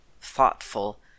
thoughtful